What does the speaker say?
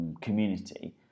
Community